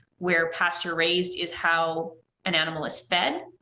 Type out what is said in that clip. where pasture raised is how an animal is fed?